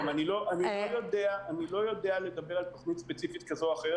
אני לא יודע לדבר על תוכנית ספציפית כזו או אחרת,